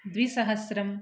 द्विसहस्रम्